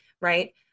right